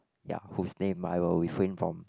ya whose name I will refrain from